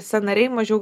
sąnariai mažiau